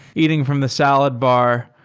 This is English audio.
eating from the salad bar,